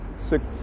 six